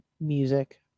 music